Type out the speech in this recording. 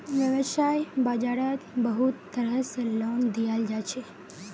वैव्साय बाजारोत बहुत तरह से लोन दियाल जाछे